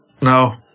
No